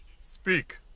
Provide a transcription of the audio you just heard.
Speak